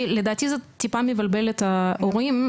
כי לדעתי זה טיפה מבלבל את ההורים.